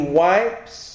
wipes